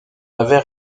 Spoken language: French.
avait